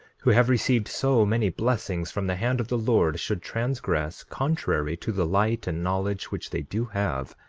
who have received so many blessings from the hand of the lord, should transgress contrary to the light and knowledge which they do have,